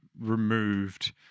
removed